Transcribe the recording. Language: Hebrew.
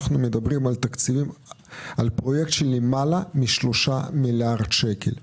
אנחנו מדברים על פרויקט בתקציבים של למעלה משלושה מיליארד שקל.